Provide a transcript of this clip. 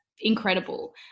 incredible